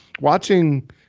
watching